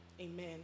Amen